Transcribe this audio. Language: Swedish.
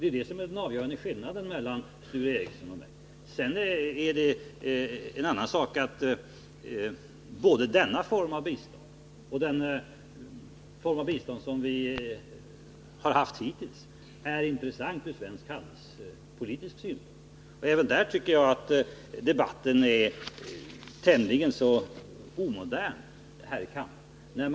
Det är det som är den avgörande skillnaden mellan Sture Ericson och mig i det här avseendet. Sedan är det en annan sak att både denna form av bistånd och den form av bistånd som vi hittills haft är intressanta ur svensk handelspolitisk synvinkel. Även därvidlag tycker jag att debatten är tämligen omodern här i kammaren.